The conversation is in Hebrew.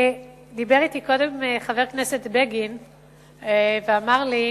דיבר אתי קודם חבר הכנסת בגין ואמר לי,